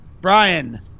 Brian